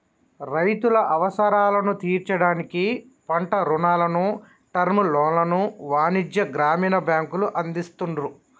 రైతుల అవసరాలను తీర్చడానికి పంట రుణాలను, టర్మ్ లోన్లను వాణిజ్య, గ్రామీణ బ్యాంకులు అందిస్తున్రు